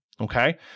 Okay